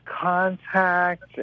contact